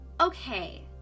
Okay